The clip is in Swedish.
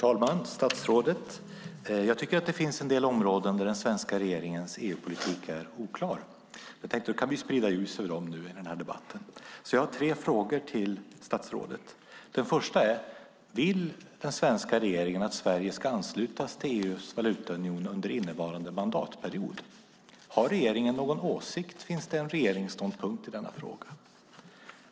Herr talman! Jag tycker att det finns en del områden där den svenska regeringens EU-politik är oklar. Jag tänkte att vi kan sprida ljus över dem i den här debatten, så jag har tre frågor till statsrådet. Den första frågan är: Vill den svenska regeringen att Sverige ska anslutas till EU:s valutaunion under innevarande mandatperiod? Har regeringen någon åsikt om det? Finns det någon regeringsståndpunkt i denna fråga?